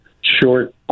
short